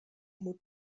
moet